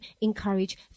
encourage